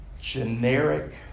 generic